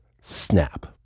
snap